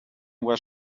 was